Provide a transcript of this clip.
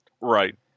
Right